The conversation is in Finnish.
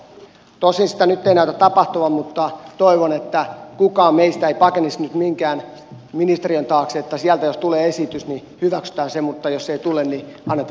tosin sitä nyt ei näytä tapahtuvan mutta toivon että kukaan meistä ei pakenisi nyt minkään ministeriön taakse että sieltä jos tulee esitys niin hyväksytään se mutta jos ei tule niin annetaan asian olla